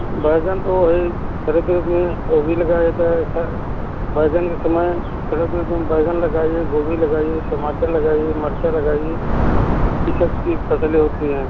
बैंगन तो वही शरद ऋतु में गोभी लगाया जाता है अक्सर बैंगन के समय शरद ऋतु में बैंगन लगाइए गोभी लगाइए टमाटर लगाइए मिर्चा लगाइए ई सबकी फ़सलें होती हैं